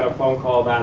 ah phone call,